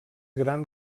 gran